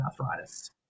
arthritis